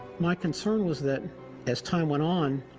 my concern was that as time went on,